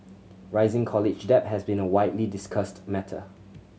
rising college debt has been a widely discussed matter